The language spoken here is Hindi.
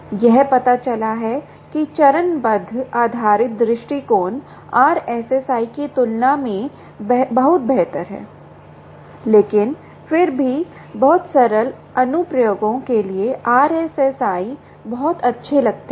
यह पता चला है कि चरणबद्ध आधारित दृष्टिकोण RSSI की तुलना में बहुत बेहतर है लेकिन फिर भी बहुत सरल अनुप्रयोगों के लिए RSSI बहुत अच्छे लगते हैं